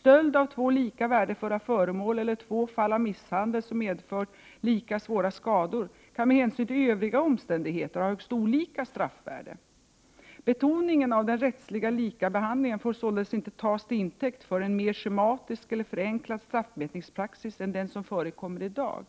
Stöld av två lika värdefulla föremål eller två fall av misshandel som medför lika svåra skador kan med hänsyn till övriga omständigheter ha högst olika straffvärde. Betoningen av den rättsliga likabehandlingen får således inte tas till intäkt för en mer schematisk eller förenklad straffmätningspraxis än den som förekommer i dag.